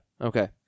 Okay